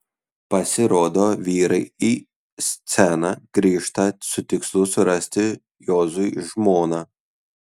pasirodo vyrai į sceną grįžta su tikslu surasti juozui žmoną